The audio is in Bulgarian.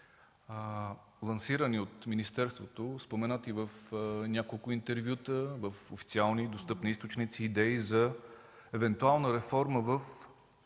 лансирани от министерството, споменати в няколко интервюта, в официални източници идеи за евентуална реформа в